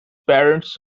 parents